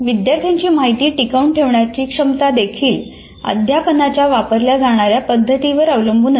विद्यार्थ्यांची माहिती टिकवून ठेवण्याची क्षमता देखील अध्यापनाच्या वापरल्या जाणाऱ्या पद्धतीवर अवलंबून असते